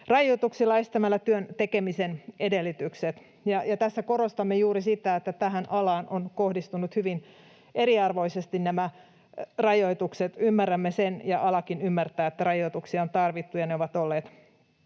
koronarajoituksilla estämällä työn tekemisen edellytykset, ja tässä korostamme juuri sitä, että tähän alaan ovat kohdistuneet hyvin eriarvoisesti nämä rajoitukset. Ymmärrämme sen ja alakin ymmärtää, että rajoituksia on tarvittu ja ne ovat olleet